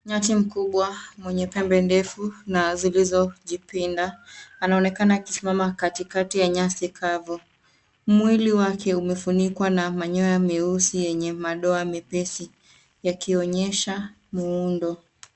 Nyati mkubwa mwenye pembe ndefu na zilizojipinda anaonekana akisimama katikati ya nyasi kavu. Mwili wake umefunikwa na manyoya meusi yenye madoa mepesi yakionyesha muundo.